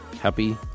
happy